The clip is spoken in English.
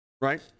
right